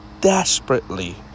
desperately